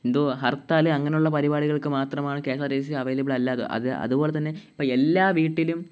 എന്തോ ഹർത്താൽ അങ്ങനെയുള്ള പരുപാടികൾക്ക് മാത്രമാണ് K S R T C available അല്ലാതെ അതുപോലെതന്നെ ഇപ്പോള് എല്ലാ വീട്ടിലും